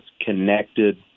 connected